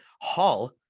Hall